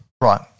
Right